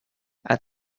add